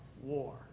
War